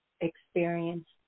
experience